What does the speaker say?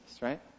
right